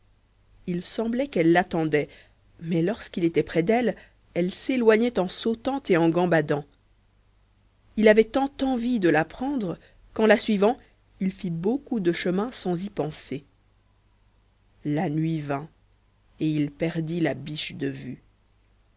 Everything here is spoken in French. il semblait qu'elle l'attendait mais lorsqu'il était proche d'elle elle s'éloignait en sautant et gambadant il avait tant d'envie de la prendre qu'en la suivant il fit beaucoup de chemin sans y penser la nuit vint et il perdit la biche de vue